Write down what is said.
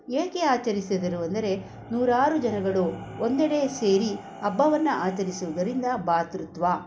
ಏಕೆ ಆಚರಿಸಿದರು ಎಂದರೆ ನೂರಾರು ಜನಗಳು ಒಂದೆಡೆ ಸೇರಿ ಹಬ್ಬವನ್ನ ಆಚರಿಸುವುದರಿಂದ ಭ್ರಾತೃತ್ವ